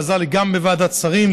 שעזר לי גם בוועדת שרים,